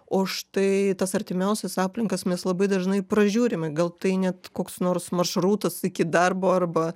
o štai tas artimiausias aplinkas mes labai dažnai pražiūrime gal tai net koks nors maršrutas iki darbo arba